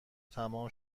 تمام